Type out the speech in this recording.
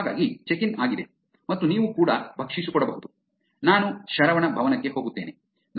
ಹಾಗಾಗಿ check in ಆಗಿದೆ ಮತ್ತು ನೀವು ಕೂಡ ಭಕ್ಷೀಸು ಕೊಡಬಹುದು ನಾನು ಶರವಣ ಭವನಕ್ಕೆ ಹೋಗುತ್ತೇನೆ